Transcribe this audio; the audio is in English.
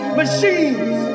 machines